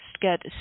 get